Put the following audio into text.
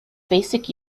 basic